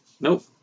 Nope